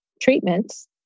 treatments